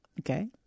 okay